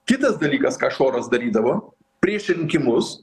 kitas dalykas ką šoras darydavo prieš rinkimus